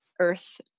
earth